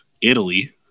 Italy